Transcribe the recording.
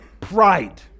pride